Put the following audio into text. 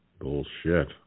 Bullshit